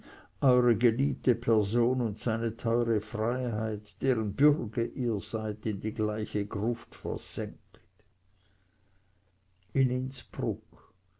eure geliebte person und seine teure freiheit deren bürge ihr seid in die gleiche gruft versenkt in innsbruck